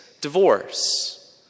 Divorce